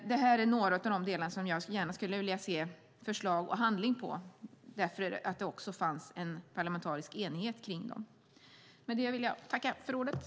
Det är några områden där jag gärna skulle vilja se förslag och handling eftersom det fanns parlamentarisk enighet om dem.